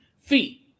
feet